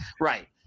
right